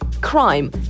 crime